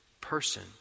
person